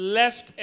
left